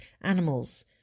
animals